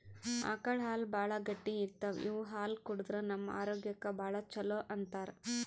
ಆಕಳ್ ಹಾಲ್ ಭಾಳ್ ಗಟ್ಟಿ ಇರ್ತವ್ ಇವ್ ಹಾಲ್ ಕುಡದ್ರ್ ನಮ್ ಆರೋಗ್ಯಕ್ಕ್ ಭಾಳ್ ಛಲೋ ಅಂತಾರ್